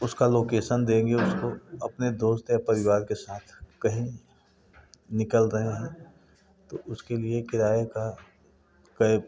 उसका लोकेसन देंगे उसको अपने दोस्त या परिवार के साथ कहीं निकल रहे हैं तो उसके लिए किराए का कैब